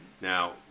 now